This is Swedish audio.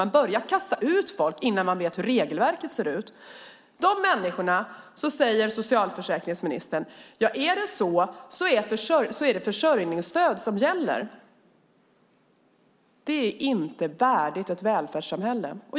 Man börjar kasta ut folk innan man vet hur regelverket ser ut. Om dem säger socialförsäkringsministern: Om det är så är det försörjningsstöd som gäller. Det är inte värdigt ett välfärdssamhälle.